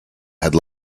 had